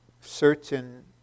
certain